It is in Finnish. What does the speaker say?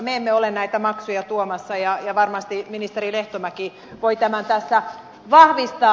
me emme ole näitä maksuja tuomassa ja varmasti ministeri lehtomäki voi tämän tässä vahvistaa